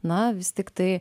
na vis tiktai